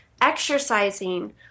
exercising